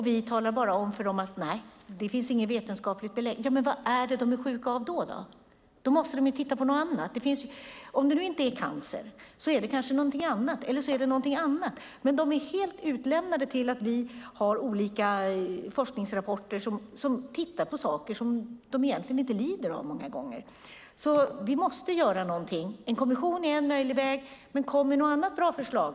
Vi talar bara om för dem: Det finns inget vetenskapligt belägg. Vad är det de är sjuka av då? Då måste man titta på något annat. Om det nu inte är cancer är det kanske någonting annat eller ytterligare något annat. De är helt utlämnade till att vi har olika forskningsrapporter som tittar på saker som de många gånger inte lider av. Vi måste göra någonting. En kommission är en möjlig väg, men kom med något annat bra förslag.